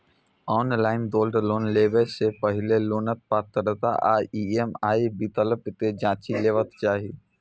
online gold loan लेबय सं पहिने लोनक पात्रता आ ई.एम.आई विकल्प कें जांचि लेबाक चाही